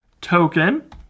token